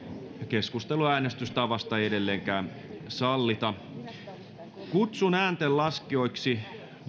keskustelua äänestystavasta ei edellenkään sallita kutsun ääntenlaskijoiksi